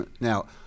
Now